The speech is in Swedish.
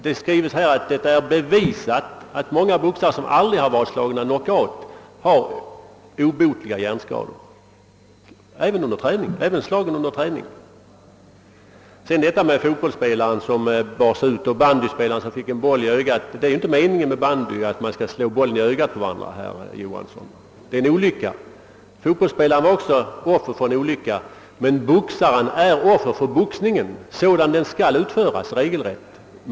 Det är bevisat, skriver utredningen, att många boxare som aldrig har varit slagna knockout har fått obotliga hjärnskador. Även slag som utdelas under träning är sålunda farliga. Vad sedan den nämnde fotbollsspelaren och den bandyspelare som fick en boll i ögat angår är det inte meningen att man under bandyspel skall slå bollen i ögat på en motståndare, herr Johanson! Det är en olycka. även fotbollsspelaren som omnämndes var offer för en olycka. Men boxaren är offer för boxningen, sådan som den regelrätt skall utföras.